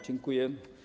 Dziękuję.